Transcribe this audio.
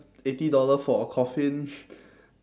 eighty dollar for a coffin